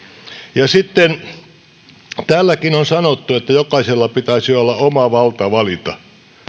sitten täälläkin on sanottu että jokaisella pitäisi olla oma valta valita